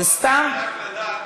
אה, 1(4) סעיף 1(4)